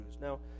Now